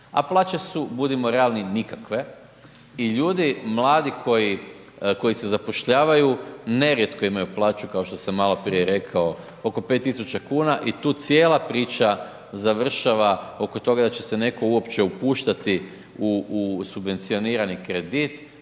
A plaće su, budimo realni nikakve i ljudi mladi koji se zapošljavaju nerijetko imaju plaću kao što sam maloprije rekao oko 5 tisuća kuna i tu cijela priča završava oko toga da će se netko uopće upuštati u subvencionirani kredit